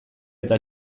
eta